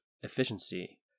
efficiency